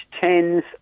tens